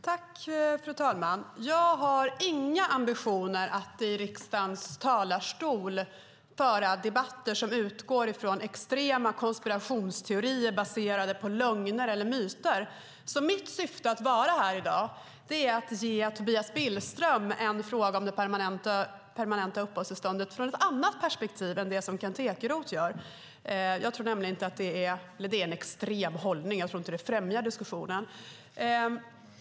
Fru talman! Jag har inga ambitioner att i riksdagens talarstol föra en debatt som utgår från extrema konspirationsteorier baserade på lögner eller myter. Mitt syfte med att vara här i dag är att ställa en fråga till Tobias Billström om det permanenta uppehållstillståndet från ett annat perspektiv än det som Kent Ekeroth har. Jag tror nämligen att det är en extrem hållning som inte främjar diskussionen.